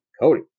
cody